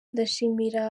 ndashimira